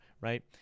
right